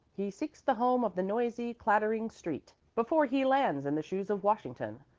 he seeks the home of the noisy, clattering street before he lands in the shoes of washington.